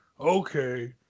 okay